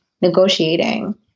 negotiating